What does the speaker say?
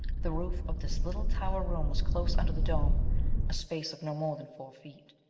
the roof of this little tower room was close under the dome a space of no more than four feet.